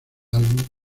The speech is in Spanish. álbum